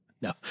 No